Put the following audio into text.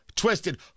twisted